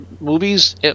movies